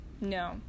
no